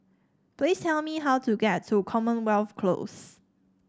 please tell me how to get to Commonwealth Close